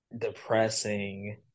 depressing